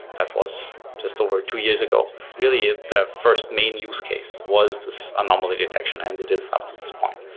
that was just over two years ago, really ah the first main use case was this anomaly detection and it is up to this point.